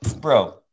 bro